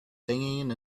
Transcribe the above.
singing